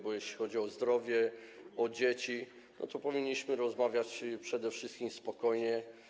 bo jeśli chodzi o zdrowie, o dzieci, to powinniśmy rozmawiać przede wszystkim spokojnie.